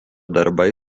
darbai